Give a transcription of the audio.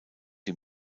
die